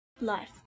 life